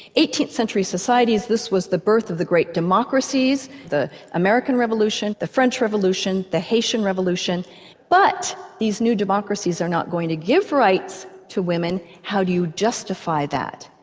eighteenth century societies, this was the birth of the great democracies, the american revolution, the french revolution, the haitian revolution but these new democracies are not going to give rights to women, how do you justify that.